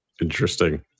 Interesting